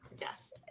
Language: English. Yes